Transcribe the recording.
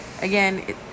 again